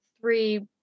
three